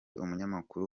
umunyamakuru